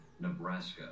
Nebraska